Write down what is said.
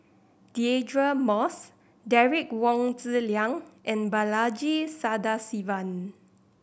Deirdre Moss Derek Wong Zi Liang and Balaji Sadasivan